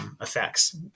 Effects